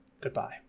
Goodbye